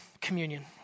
communion